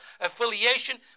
affiliation